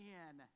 Man